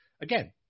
again